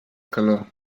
calor